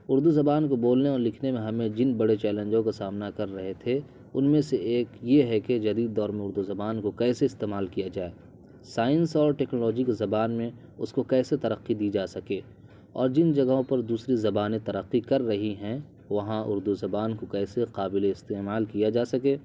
اردو زبان کو بولنے اور لکھنے میں ہمیں جن بڑے چیلنجوں کا سامنا کر رہے تھے ان میں سے ایک یہ ہے کہ جدید دور میں اردو زبان کو کیسے استعمال کیا جائے سائنس اور ٹیکنالوجی کی زبان میں اس کو کیسے ترقی دی جا سکے اور جن جگہوں پر دوسری زبانیں ترقی کر رہی ہیں وہاں اردو زبان کو کیسے قابل استعمال کیا جا سکے